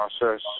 process